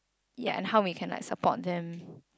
ya and how we can like support them